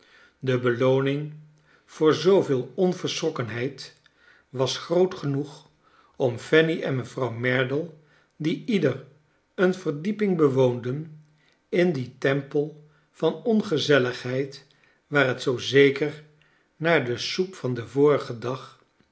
de belooning voor zooveel onverschrokkenheid was groot genoeg om fanny en mevrouw merdle die ieder een verdieping bewoonden in dien tempel van ongezelligheid waar het zoo zeker naar de soep van den vorigen dag